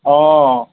অঁ